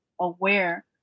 aware